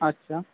আচ্ছা